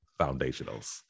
foundationals